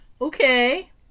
okay